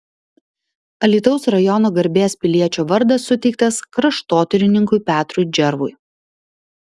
alytaus rajono garbės piliečio vardas suteiktas kraštotyrininkui petrui džervui